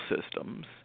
systems